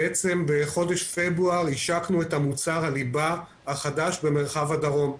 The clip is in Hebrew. בעצם בחודש פברואר השקנו את מוצר הליבה החדש במרחב הדרום,